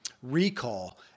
recall